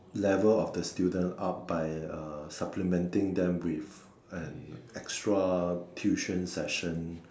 level of the student up by uh supplementing them with an extra tuition session